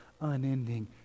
unending